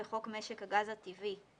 בחוק משק הגז הטבעי,